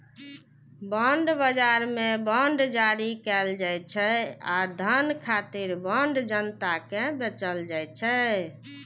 bond बाजार मे bond जारी कैल जाइ छै आ धन खातिर बांड जनता कें बेचल जाइ छै